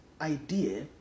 idea